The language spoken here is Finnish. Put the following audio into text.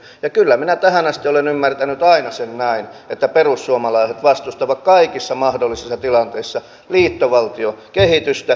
ja kyllä minä tähän asti olen ymmärtänyt aina sen näin että perussuomalaiset vastustavat kaikissa mahdollisissa tilanteissa liittovaltiokehitystä